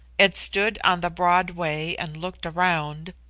it stood on the broad way and looked around,